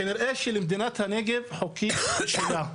כנראה שלמדינת הנגב יש חוקים משלה.